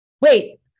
Wait